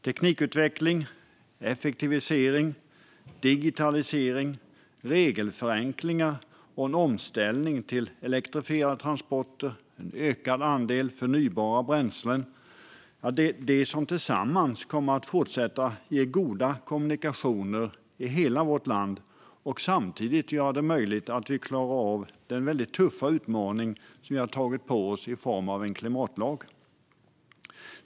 Teknikutveckling, effektivisering, digitalisering, regelförenklingar och en omställning till elektrifierade transporter och en ökad andel förnybara bränslen kommer tillsammans att fortsätta ge goda kommunikationer i hela vårt land och samtidigt göra det möjligt att klara av den tuffa utmaning som vi har tagit på oss i form av en klimatlag.